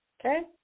Okay